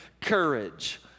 courage